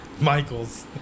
Michael's